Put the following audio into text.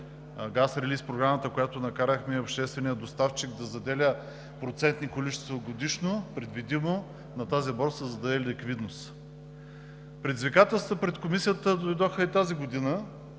газ релийз програмата, с която накарахме обществения доставчик да заделя процентни количества годишно, предвидимо на тази борса, за да е в ликвидност. Предизвикателства пред Комисията дойдоха и тази година,